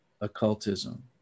occultism